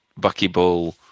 buckyball